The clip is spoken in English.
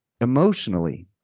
Emotionally